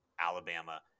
Alabama